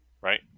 Right